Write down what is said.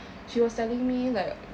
she was telling me like